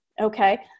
Okay